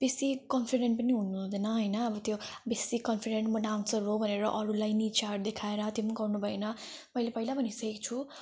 बेसी कन्फिडेन्ट पनि हुनु हुँदैन होइन अब त्यो बेसी कन्फिडेन्ट म डान्सर हो भनेर अरूलाई निचहरू देखाएर त्यो गर्नु भएन मैले पहिला भनिसकेको छु